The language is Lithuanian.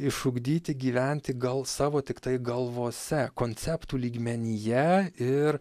išugdyti gyventi gal savo tiktai galvose konceptų lygmenyje ir